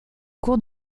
cours